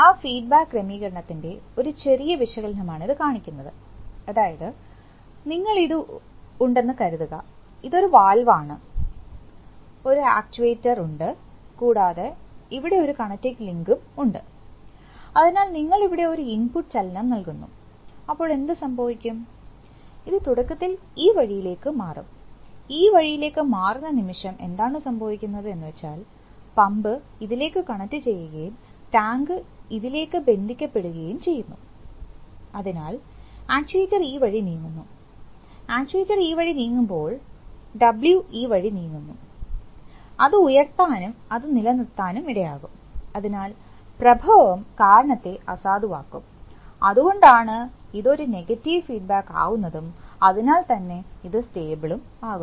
ആ ഫീഡ്ബാക്ക് ക്രമീകരണത്തിൻറെ ഒരു ചെറിയ വിശകലനമാണ് ഇത് കാണിക്കുന്നത് അതായത് നിങ്ങൾക്ക് ഇത് ഉണ്ടെന്ന് കരുതുക ഇതൊരു വാൽവാണ് ഒരു ആചുവേറ്റ്ർ ഉണ്ട് കൂടാതെ അവിടെ ഒരു കണക്റ്റിംഗ് ലിങ്കും ഉണ്ട് അതിനാൽ നിങ്ങൾ ഇവിടെ ഒരു ഇൻപുട്ട് ചലനം നൽകുന്നു അപ്പോൾ എന്ത് സംഭവിക്കും ഇത് തുടക്കത്തിൽ ഈ വഴിയിലേക്ക് മാറും ഈ വഴിയിലേക്ക് മാറുന്ന നിമിഷം എന്താണ് സംഭവിക്കുന്നത് എന്നുവെച്ചാൽ പമ്പ് ഇതിലേക്ക് കണക്റ്റുചെയ്യുകയും ടാങ്ക് ഇതിലേക്ക് ബന്ധിപ്പിക്കുകയും ചെയ്യുന്നു അതിനാൽ ആചുവേറ്റ്ർ ഈ വഴി നീങ്ങുന്നു ആചുവേറ്റ്ർ ഈ വഴി നീങ്ങുമ്പോൾ ഡബ്ല്യു ഈ വഴി നീങ്ങുന്നു അത് ഉയർത്താനും അത് നിലനിർത്താനും ഇടയാക്കും അതിനാൽ പ്രഭാവം കാരണത്തെ അസാധുവാക്കും അതുകൊണ്ടാണ് ഇത് ഒരു നെഗറ്റീവ് ഫീഡ്ബാക്ക് ആവുന്നതും അതിനാൽ തന്നെ ഇത് സ്റ്റേബിൾഉം ആകുന്നു